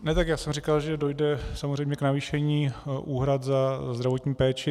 Ne, tak já jsem říkal, že dojde samozřejmě k navýšení úhrad za zdravotní péči.